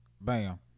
bam